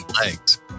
legs